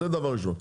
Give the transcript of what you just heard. זה דבר ראשון.